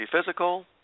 physical